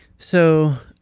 so,